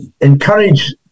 encourage